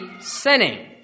sinning